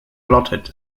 plotted